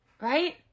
Right